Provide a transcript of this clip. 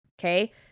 Okay